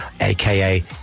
aka